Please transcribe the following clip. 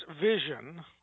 Vision